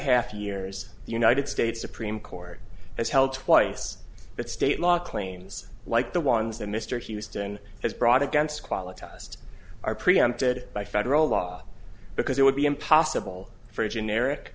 half years the united states supreme court has held twice that state law claims like the ones that mr houston has brought against quality tests are preempted by federal law because it would be impossible for a generic